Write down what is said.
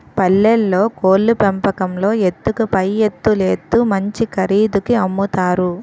పల్లెల్లో కోళ్లు పెంపకంలో ఎత్తుకు పైఎత్తులేత్తు మంచి ఖరీదుకి అమ్ముతారు